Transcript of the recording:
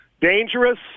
dangerous